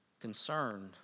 concerned